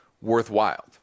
worthwhile